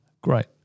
Great